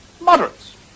moderates